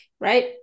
right